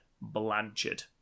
Blanchard